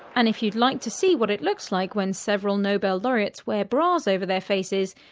and if you'd like to see what it looks like when several nobel laureates wear bras over their faces,